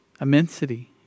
Immensity